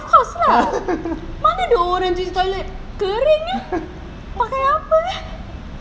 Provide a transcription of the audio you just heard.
of course lah mana ada orang cuci toilet kering eh pakai apa eh